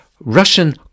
Russian